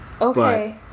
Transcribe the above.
Okay